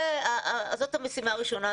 זאת המשימה הראשונה.